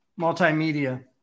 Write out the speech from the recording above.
Multimedia